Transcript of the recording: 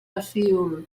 pecíol